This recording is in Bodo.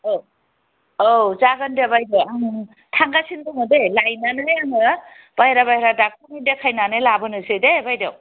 औ औ जागोन दे बायदेव थांगासिनो दङ दै लायनानै आङो बाहेरा बाहेरा ड'क्टरनियाव देखायनानै लाबोनोसै दै बायदेव